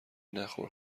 نخور